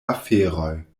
aferoj